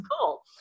cool